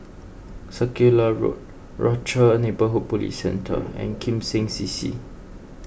Circular Road Rochor Neighborhood Police Centre and Kim Seng C C